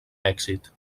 èxit